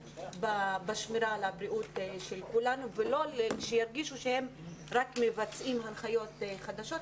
בשמירה על הבריאות של כולנו ולא שירגישו שהם רק מבצעים הנחיות חדשות.